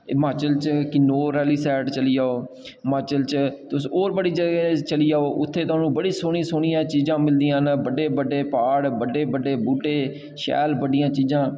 एह् हिमाचल च किनौर आह्ली साइड चली जाओ हिमाचल च तुस होर बड़ी सारी चली जाओ उत्थै थुहानूं बड़ी सोह्नी सोह्नियां चीजां मिलदियां न बड़े बड़े प्हाड़ बड़े बड़े बूह्टे शैल बड़ियां चीजां